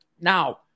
Now